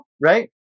right